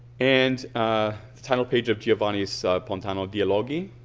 and ah the title page of giovanni's pontano's dialogi.